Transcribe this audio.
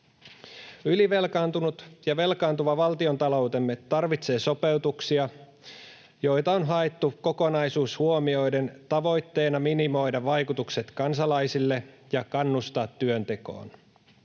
Ylivelkaantunut ja ‑velkaantuva valtiontaloutemme tarvitsee sopeutuksia, joita on haettu kokonaisuus huomioiden tavoitteena minimoida vaikutukset kansalaisille ja kannustaa työntekoon.